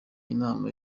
inama